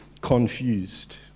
confused